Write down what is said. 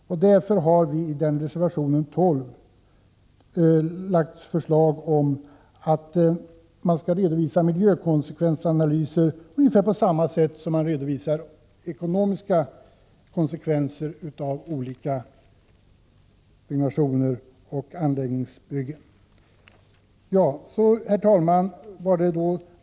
Därför har vi i reservation 12 lagt fram förslag om att miljökonsekvensanalyser skall redovisas ungefär på samma sätt som ekonomiska konsekvenser av olika byggnationer och anläggningar.